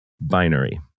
binary